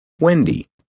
Wendy